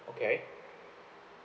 okay